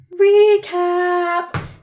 recap